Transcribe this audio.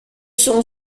sont